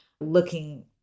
looking